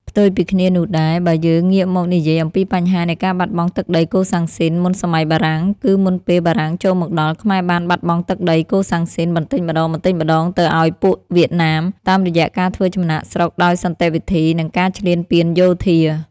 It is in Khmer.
ផ្ទុយពីគ្នានោះដែរ បើយើងងាកមកនិយាយអំពីបញ្ហានៃការបាត់បង់ទឹកដីកូសាំងស៊ីនមុនសម័យបារាំង គឺមុនពេលបារាំងចូលមកដល់ ខ្មែរបានបាត់បង់ទឹកដីកូសាំងស៊ីនបន្តិចម្តងៗទៅឱ្យពួកវៀតណាម តាមរយៈការធ្វើចំណាកស្រុកដោយសន្តិវិធី និងការឈ្លានពានយោធា។